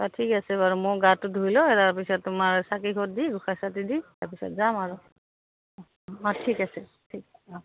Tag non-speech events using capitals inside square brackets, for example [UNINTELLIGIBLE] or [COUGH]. অঁ ঠিক আছে বাৰু মই গাটো ধুই লওঁ তাৰপিছত তোমাৰ [UNINTELLIGIBLE] দি তাৰপিছত যাম আৰু অঁ ঠিক আছে ঠিক অঁ